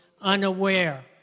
unaware